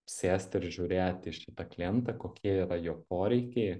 sėsti ir žiūrėti į šitą klientą kokie yra jo poreikiai